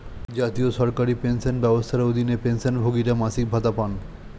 জাতীয় সরকারি পেনশন ব্যবস্থার অধীনে, পেনশনভোগীরা মাসিক ভাতা পান